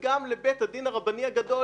וגם לבית הדין הרבני הגדול,